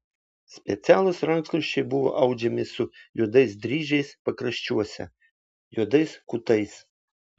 specialūs rankšluosčiai buvo audžiami su juodais dryžiais pakraščiuose juodais kutais